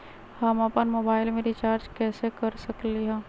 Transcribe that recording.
हम अपन मोबाइल में रिचार्ज कैसे कर सकली ह?